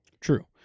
True